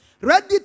ready